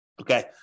Okay